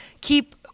keep